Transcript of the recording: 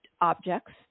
objects